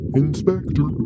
inspector